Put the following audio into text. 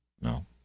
No